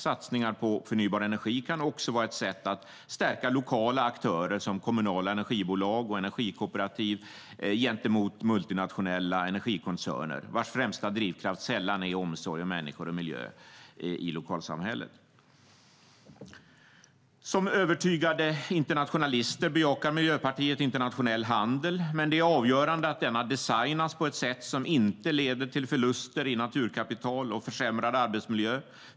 Satsningar på förnybar energi kan också vara ett sätt att stärka lokala aktörer som kommunala energibolag och energikooperativ gentemot multinationella energikoncerner, vars främsta drivkraft sällan är omsorg om människor och miljö i lokalsamhället. Som övertygade internationalister bejakar Miljöpartiet internationell handel, men det är avgörande att denna designas på ett sätt som inte leder till förluster i naturkapital och försämrad arbetsmiljö.